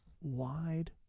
wide